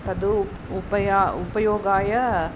तदुपयोगाय उपयोगाय